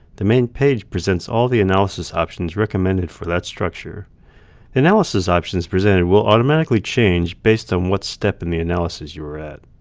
the main page presents all the analysis options recommended for that structure. the analysis options presented will automatically change based on what step in the analysis you are at.